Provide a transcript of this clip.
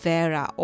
Vera